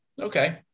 Okay